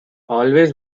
always